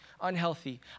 unhealthy